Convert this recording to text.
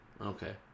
Okay